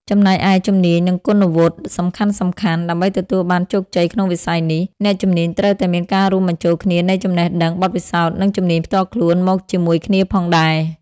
ចំណែកឯ ជំនាញ និងគុណវុឌ្ឍិសំខាន់ៗ ដើម្បីទទួលបានជោគជ័យក្នុងវិស័យនេះ អ្នកជំនាញត្រូវតែមានការរួមបញ្ចូលគ្នានៃចំណេះដឹង បទពិសោធន៍ និងជំនាញផ្ទាល់ខ្លួនមកជាមួយគ្នាផងដែរ។